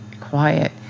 quiet